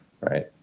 right